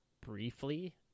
briefly